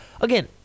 Again